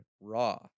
raw